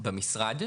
במשרד?